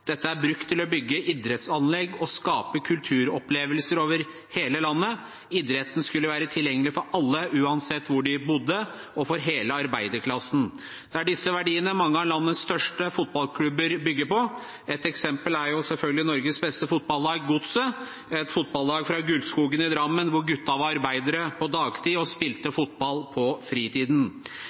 Dette er brukt til å bygge idrettsanlegg og skape kulturopplevelser over hele landet. Idretten skulle være tilgjengelig for alle, uansett hvor man bodde, og for hele arbeiderklassen. Det er disse verdiene mange av landets største fotballklubber bygger på. Ett eksempel er selvfølgelig Norges beste fotballag, Godset, et fotballag fra Gulskogen i Drammen, hvor gutta var arbeidere på dagtid og spilte fotball på fritiden.